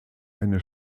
eine